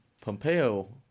Pompeo